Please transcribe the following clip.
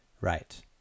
Right